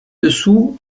dessous